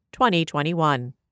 2021